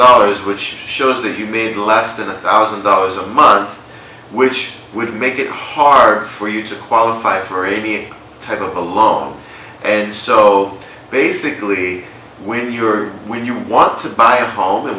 dollars which shows that you made less than a thousand dollars a month which would make it hard for you to qualify for a type of a loan and so basically when you're when you want to buy a home